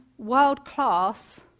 world-class